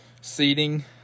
seating